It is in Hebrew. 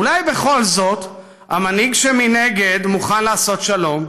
אולי בכל זאת המנהיג שמנגד מוכן לעשות שלום?